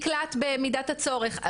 מקלט במידת הצורך,